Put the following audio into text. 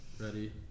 ready